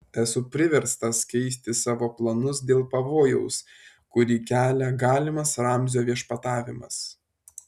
esu priverstas keisti savo planus dėl pavojaus kurį kelia galimas ramzio viešpatavimas